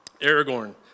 Aragorn